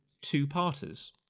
two-parters